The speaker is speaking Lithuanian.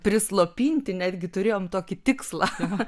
prislopinti netgi turėjom tokį tikslą